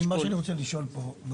מה שאני רוצה לשאול פה,